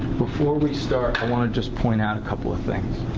before we start, i want to just point out a couple of things.